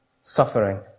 suffering